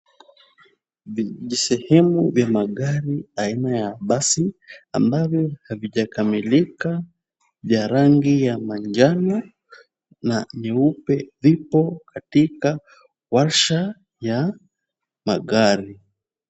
Visehemu vya magari aina ya basi ambavyo havijakamilika vya rangi ya manjano na nyupe vipo katika warsha ya magari.